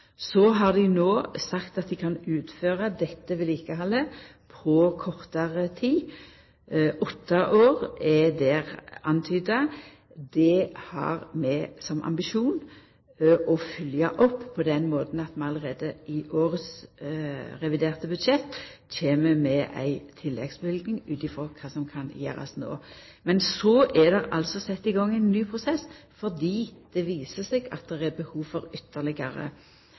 Så har dei no sagt at dei kan utføra dette vedlikehaldet på kortare tid – åtte år er det antyda. Det har vi som ambisjon å følgja opp på den måten at vi allereie i årets reviderte budsjett kjem med ei tilleggsløyving ut frå kva som kan gjerast no. Men så er det altså sett i gang ein ny prosess fordi det viser seg at det er behov for ytterlegare